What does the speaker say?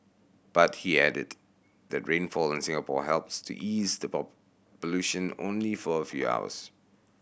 but he added that rainfall in Singapore helps to ease the pollution only for a few hours